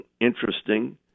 interesting